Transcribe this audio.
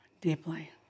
deeply